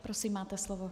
Prosím, máte slovo.